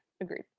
agreed